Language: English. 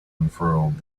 unfurled